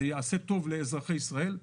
זה יעשה טוב לאזרחי ישראל,